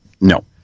No